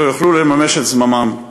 שלא יוכלו לממש את זממם.